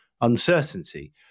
uncertainty